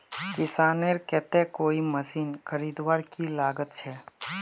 किसानेर केते कोई मशीन खरीदवार की लागत छे?